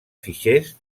fitxers